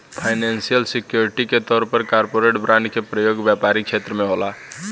financial security के तौर पर कॉरपोरेट बॉन्ड के प्रयोग व्यापारिक छेत्र में होला